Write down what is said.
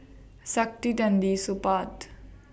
Saktiandi Supaat